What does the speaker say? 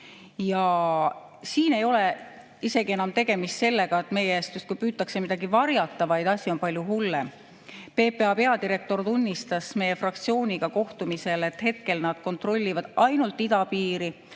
Siin ei ole enam tegemist isegi sellega, et meie eest püütaks justkui midagi varjata, vaid asi on palju hullem. PPA peadirektor tunnistas meie fraktsiooniga kohtumisel, et hetkel nad kontrollivad ainult idapiiri.